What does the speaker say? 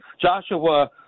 Joshua